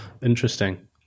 Interesting